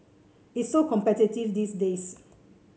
it's so competitive these days